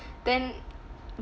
then